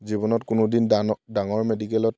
জীৱনত কোনোদিন দান ডাঙৰ মেডিকেলত